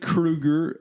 Krueger